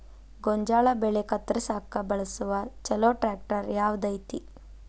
ಗೋಂಜಾಳ ಬೆಳೆ ಕತ್ರಸಾಕ್ ಬಳಸುವ ಛಲೋ ಟ್ರ್ಯಾಕ್ಟರ್ ಯಾವ್ದ್ ಐತಿ?